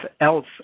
else